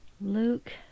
Luke